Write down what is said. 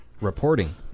reporting